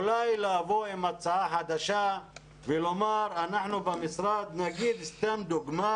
אולי לבוא עם הצעה חדשה ולומר אנחנו במשרד סתם דוגמה